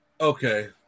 Okay